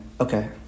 Okay